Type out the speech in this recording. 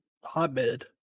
hotbed